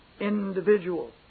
Individual